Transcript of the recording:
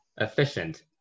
efficient